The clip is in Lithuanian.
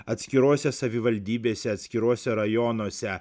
atskirose savivaldybėse atskiruose rajonuose